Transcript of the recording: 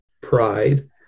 pride